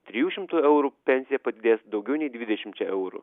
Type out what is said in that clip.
trijų šimtų eurų pensija padidės daugiau nei dvidešimčia eurų